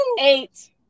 eight